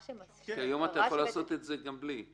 כי היום אתה יכול לעשות את זה גם בלי.